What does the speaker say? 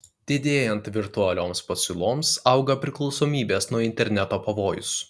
didėjant virtualioms pasiūloms auga priklausomybės nuo interneto pavojus